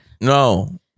No